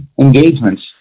engagements